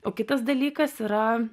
o kitas dalykas yra